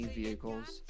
vehicles